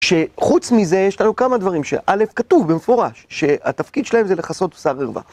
שחוץ מזה יש לנו כמה דברים, שא', כתוב במפורש שהתפקיד שלהם זה לכסות בשר ערווה.